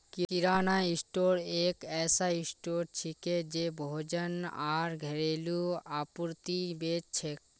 किराना store एक ऐसा store छिके जे भोजन आर घरेलू आपूर्ति बेच छेक